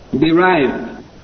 derived